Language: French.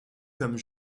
comme